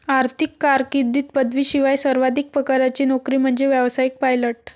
आर्थिक कारकीर्दीत पदवीशिवाय सर्वाधिक पगाराची नोकरी म्हणजे व्यावसायिक पायलट